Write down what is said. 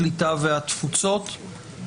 הקליטה והתפוצות,